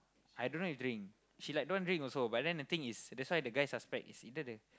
I don't like drink she like don't want drink also but then the thing is that's why the guy suspect is either the